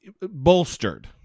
bolstered